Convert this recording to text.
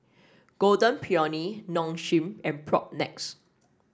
Golden Peony Nong Shim and Propnex